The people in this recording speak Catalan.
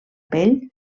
pell